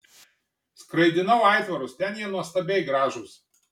skraidinau aitvarus ten jie nuostabiai gražūs